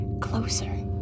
closer